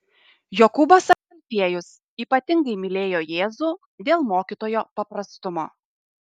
jokūbas alfiejus ypatingai mylėjo jėzų dėl mokytojo paprastumo